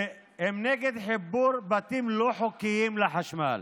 שהם נגד חיבור בתים לא חוקיים לחשמל.